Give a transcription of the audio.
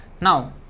now